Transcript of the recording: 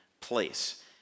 place